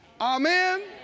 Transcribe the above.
amen